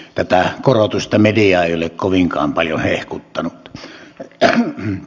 tätä korotusta media ei ole kovinkaan paljon hehkuttanut